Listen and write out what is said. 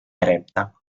eretta